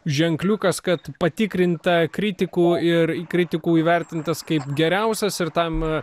ženkliukas kad patikrinta kritikų ir kritikų įvertintas kaip geriausias ir tam